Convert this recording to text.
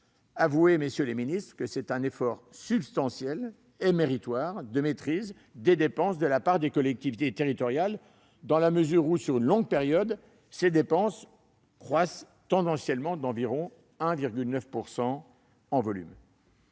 Avouez, messieurs les ministres, que c'est un effort substantiel et méritoire de maîtrise des dépenses de la part des collectivités territoriales, dans la mesure où, sur une longue période, ces dépenses croissent tendanciellement d'environ 1,9 % par an en volume.